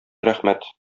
рәхмәт